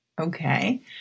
Okay